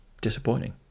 disappointing